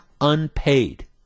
unpaid